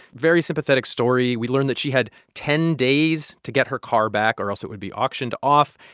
very sympathetic story. we learned that she had ten days to get her car back, or else it would be auctioned off.